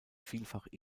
vielfach